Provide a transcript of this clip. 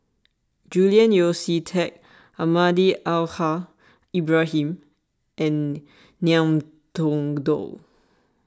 Julian Yeo See Teck Almahdi Al Haj Ibrahim and Ngiam Tong Dow